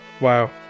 Wow